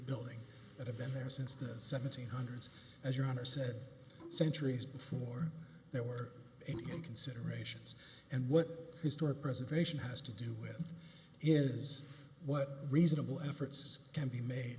building that have been there since the seventy's hundreds as your honor said centuries before there were even considerations and what historic preservation has to do with is what reasonable efforts can be made